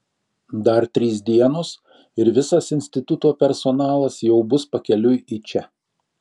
dar trys dienos ir visas instituto personalas jau bus pakeliui į čia